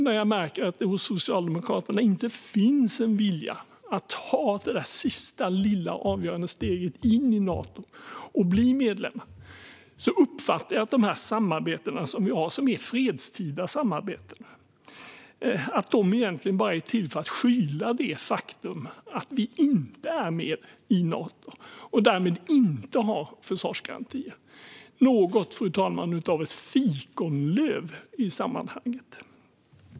När jag märker att det inte finns någon vilja hos Socialdemokraterna att ta det sista lilla avgörande steget in i Nato och bli medlem uppfattar jag därför att de samarbeten vi har, som är fredstida samarbeten, egentligen bara är till för att skyla det faktum att vi inte är med i Nato och därmed inte har försvarsgarantier. Detta, fru talman, är något av ett fikonlöv i sammanhanget.